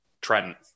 Trent